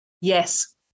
Yes